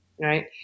Right